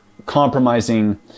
compromising